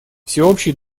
всеобщий